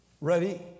Ready